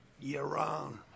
Year-round